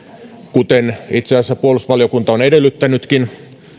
kuten itse asiassa puolustusvaliokunta on edellyttänytkin